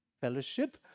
fellowship